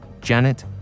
Janet